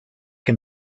can